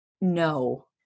No